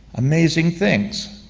amazing things.